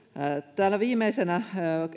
täällä viimeisenä